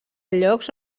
llocs